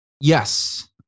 Yes